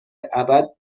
ابد